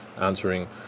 answering